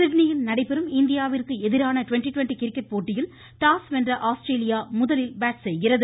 சிட்னியில் நடைபெறும் இந்தியாவிற்கு எதிரான ட்வெண்ட்டி ட்வெண்ட்டி கிரிக்கெட் போட்டியில் டாஸ் வென்ற ஆஸ்திரேலியா முதலில் பேட் செய்கிறது